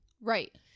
right